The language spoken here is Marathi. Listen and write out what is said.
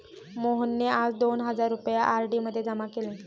मोहनने आज दोन हजार रुपये आर.डी मध्ये जमा केले